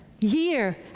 Year